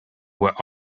were